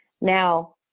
Now